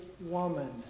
woman